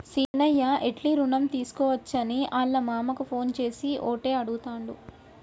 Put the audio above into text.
సీనయ్య ఎట్లి రుణం తీసుకోవచ్చని ఆళ్ళ మామకు ఫోన్ చేసి ఓటే అడుగుతాండు